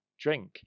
Drink